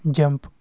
jump